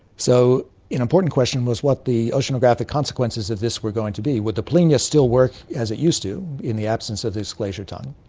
so an important question was what the oceanographic consequences of this were going to be. would the polynya still work as it used to in the absence of this glacier tongue?